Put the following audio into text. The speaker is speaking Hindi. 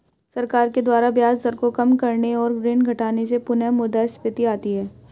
सरकार के द्वारा ब्याज दर को काम करने और ऋण घटाने से पुनःमुद्रस्फीति आती है